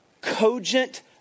cogent